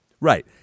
Right